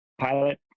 pilot